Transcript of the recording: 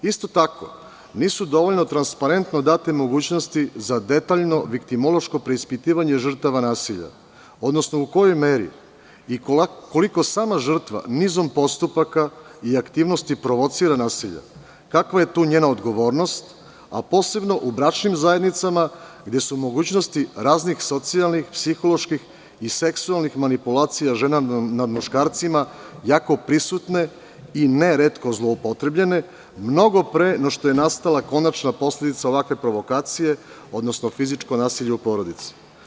Isto tako, nisu dovoljno transparentno date mogućnosti, za detaljno viktimološko preispitivanje žrtava nasilja, odnosno u kojoj meri i koliko sama žrtva nizom postupaka i aktivnosti provocira nasilje, kakva je tu njena odgovornost, a posebno u bračnim zajednicama gde su mogućnosti raznih socijalnih, psiholoških i seksualnih manipulacija žena nad muškarcima jako prisutne i neretko zloupotrebljene, mnogo pre nego što je nastala konačna posledica ovakve provokacije, odnosno fizičko nasilje u porodici.